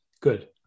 Good